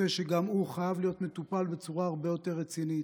חייב להיות מטופל בצורה הרבה יותר רצינית.